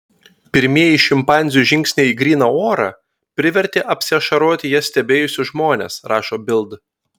pirmieji šimpanzių žingsniai į gryną orą privertė apsiašaroti jas stebėjusius žmones rašo bild